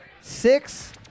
six